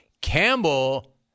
Campbell